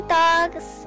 dogs